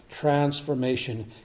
transformation